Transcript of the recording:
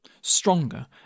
stronger